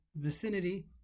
vicinity